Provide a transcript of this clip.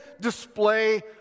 display